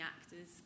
actors